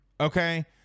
okay